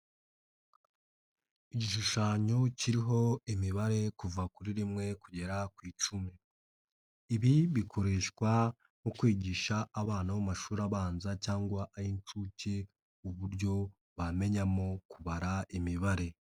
Igishushanyo kiriho imibare kuva kuri rimwe, kugera ku icumi. Ibi bikoreshwa nko kwigisha abana mu mashuri abanza cyangwa ay'inshuke, uburyo bamenyamo kubara imibare.